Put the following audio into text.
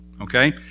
Okay